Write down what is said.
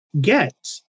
get